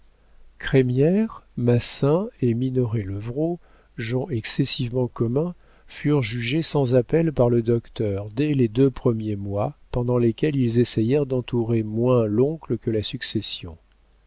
crémière massin et minoret levrault gens excessivement communs furent jugés sans appel par le docteur dès les deux premiers mois pendant lesquels ils essayèrent d'entourer moins l'oncle que la succession